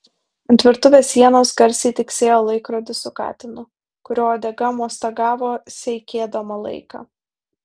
ant virtuvės sienos garsiai tiksėjo laikrodis su katinu kurio uodega mostagavo seikėdama laiką